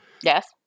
Yes